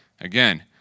again